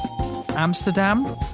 Amsterdam